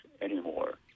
anymore